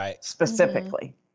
specifically